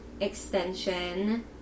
extension